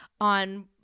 on